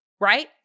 Right